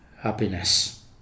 happiness